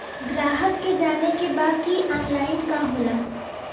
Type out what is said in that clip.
ग्राहक के जाने के बा की ऑनलाइन का होला?